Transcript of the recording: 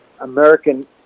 american